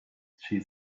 she